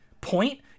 point